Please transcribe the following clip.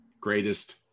Greatest